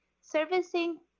servicing